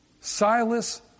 Silas